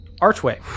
archway